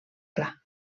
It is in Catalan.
clar